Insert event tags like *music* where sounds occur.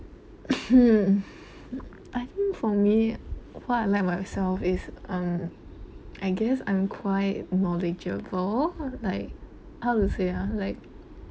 *breath* hmm I think for me what I like myself is um I guess i'm quite knowledgeable like how to say ah like